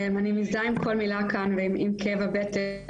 אני מזדהה עם כל מילה כאן ועם כאב הבטן.